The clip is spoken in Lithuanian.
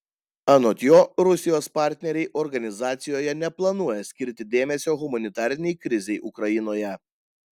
anot jo rusijos partneriai organizacijoje neplanuoja skirti dėmesio humanitarinei krizei ukrainoje